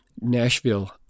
Nashville